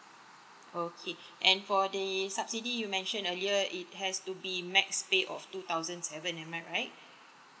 okay and for the subsidy you mention earlier it has to be max pay of two thousand seven am I right